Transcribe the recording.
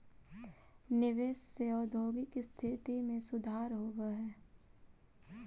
निवेश से औद्योगिक स्थिति में सुधार होवऽ हई